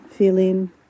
feeling